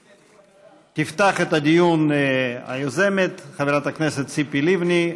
תפתח את הדיון היוזמת, חברת הכנסת ציפי לבני,